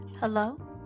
Hello